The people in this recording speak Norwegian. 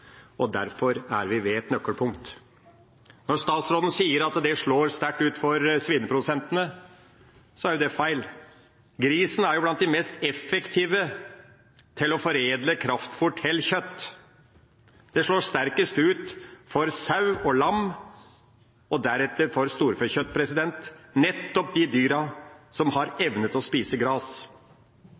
og derfor er vi ved et nøkkelpunkt. Når statsråden sier at det slår sterkt ut for svineprodusentene, er det feil. Grisen er blant de mest effektive til å foredle kraftfôr til kjøtt. Det slår sterkest ut for sau og lam og deretter for storfe – nettopp de dyrene som har evne til å spise gras.